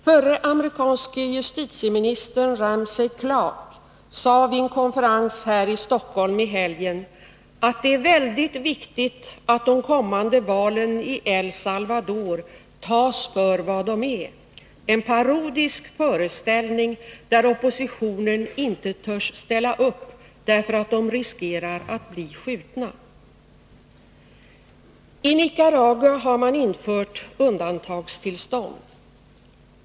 Förre amerikanske justitieministern Ramsey Clark sade vid en konferens här i Stockholm i helgen ”att det är väldigt viktigt att de kommande valen i El Salvador tas för vad de är — en parodisk föreställning där oppositionen inte törs ställa upp därför att de riskerar att bli skjutna”. I Nicaragua har man infört undantagstillstånd.